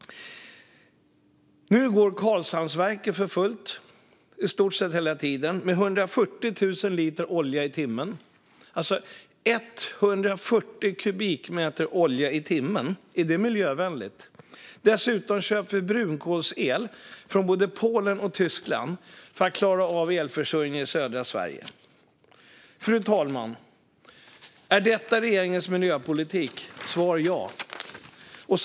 Nu går Karlshamnsverket för fullt i stort sett hela tiden med 140 000 liter olja i timmen. 140 kubikmeter olja i timmen, är det miljövänligt? Dessutom köper vi brunkolsel från både Polen och Tyskland för att klara av elförsörjningen i södra Sverige. Fru talman! Är detta regeringens miljöpolitik? Svaret är ja.